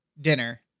dinner